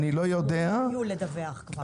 הם היו אמורים לדווח כבר.